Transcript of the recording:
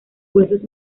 huesos